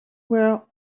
were